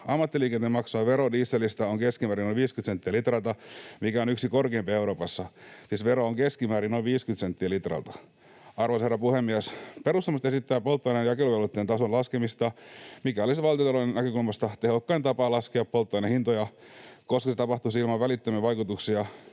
Ammattiliikenteen maksama vero dieselistä on keskimäärin noin 50 senttiä litralta, mikä on yksi korkeimpia Euroopassa. Siis vero on keskimäärin noin 50 senttiä litralta. Arvoisa herra puhemies! Perussuomalaiset esittää polttoaineen jakeluvelvoitteen tason laskemista, mikä olisi valtiontalouden näkökulmasta tehokkain tapa laskea polttoaineen hintoja, koska se tapahtuisi ilman välittömiä vaikutuksia